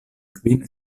kvin